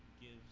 gives